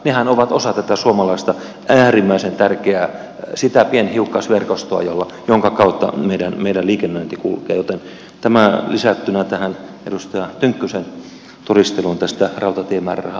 nehän ovat osa tätä suomalaista äärimmäisen tärkeää pienhiukkasverkostoa jonka kautta meidän liikennöintimme kulkee joten tämä lisättynä tähän edustaja tynkkysen todisteluun tästä rautatiemääräraha asiasta